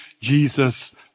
Jesus